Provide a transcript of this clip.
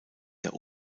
der